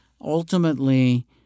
Ultimately